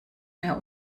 mehr